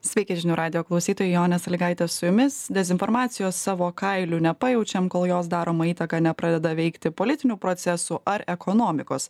sveiki žinių radijo klausytojai jonė sąlygaitė su jumis dezinformacijos savo kailiu nepajaučiam kol jos daroma įtaka nepradeda veikti politinių procesų ar ekonomikos